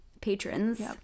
patrons